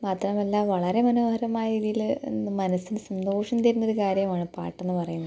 മാത്രമല്ല വളരെ മനോഹരമായ രീതിയിൽ മനസ്സിന് സന്തോഷം തരുന്നൊരു കാര്യമാണ് പാട്ടെന്ന് പറയുന്നത്